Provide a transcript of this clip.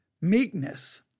meekness